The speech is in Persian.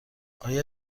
آیا